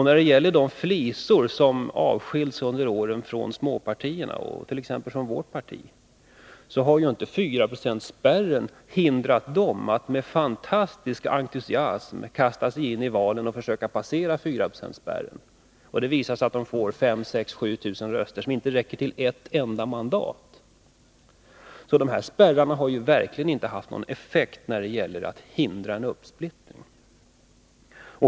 När det gäller de flisor som har avskilts under åren från småpartierna, t.ex. från vårt parti, har inte 4-procentsspärren hindrat dem från att med fantastisk entusiasm kasta sig in i valen och försöka passera 4-procentsspärren. Det visar sig att de får 5 000-7 000 röster, vilket inte räcker till ett enda mandat. Så dessa spärrar har verkligen inte haft någon effekt när det gällt att hindra en uppsplittring.